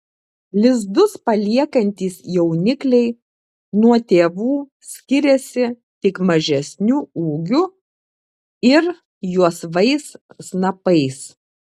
lizdus paliekantys jaunikliai nuo tėvų skiriasi tik mažesniu ūgiu ir juosvais snapais